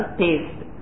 taste